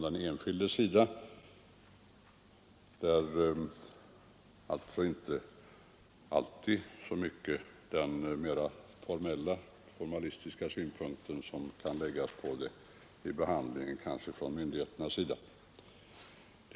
Det gäller alltså inte alltid så mycket den mera formalistiska synpunkten som kan läggas vid behandlingen från myndigheternas sida.